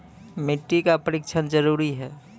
मिट्टी का परिक्षण जरुरी है?